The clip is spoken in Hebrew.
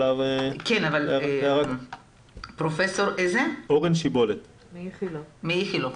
כן, אני אתן.